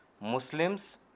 Muslims